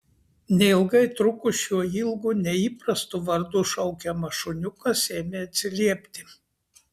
neilgai trukus šiuo ilgu neįprastu vardu šaukiamas šuniukas ėmė atsiliepti